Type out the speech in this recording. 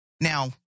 Now